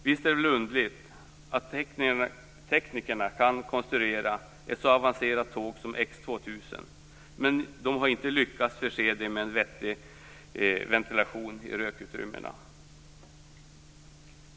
Visst är det underligt att teknikerna kan konstruera ett så avancerat tåg som X2000, men de har inte lyckats förse det med en vettig ventilation i rökutrymmena.